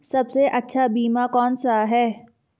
सबसे अच्छा बीमा कौनसा है?